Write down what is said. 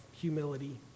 humility